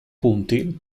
punti